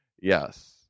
Yes